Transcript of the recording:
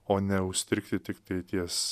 o neužstrigti tiktai ties